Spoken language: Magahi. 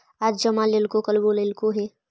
आज जमा लेलको कल बोलैलको हे?